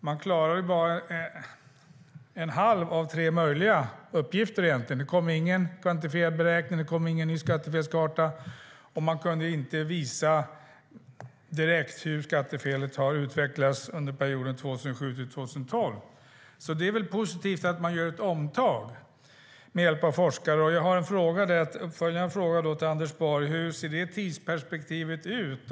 Man klarar bara en halv av tre möjliga uppgifter, egentligen. Det kom ingen kvantifierad beräkning, det kom ingen ny skattefelskarta och man kunde inte visa direkt hur skattefelet har utvecklats under perioden 2007-2012. Det är väl positivt att man gör ett omtag med hjälp av forskare. Jag har en uppföljande fråga till Anders Borg: Hur ser tidsperspektivet ut?